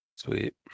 Sweet